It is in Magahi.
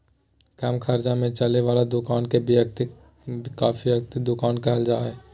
कम खर्च में चले वाला दुकान के किफायती दुकान कहल जा हइ